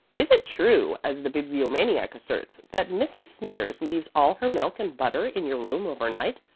is it true, as the bibliomaniac asserts, that mrs. smithers leaves all her milk and butter in your room overnight,